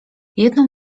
jedno